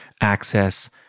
access